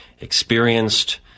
Experienced